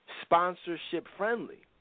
sponsorship-friendly